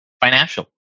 financial